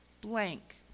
blank